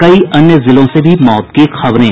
कई अन्य जिलों से भी मौत की खबरें